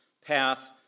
path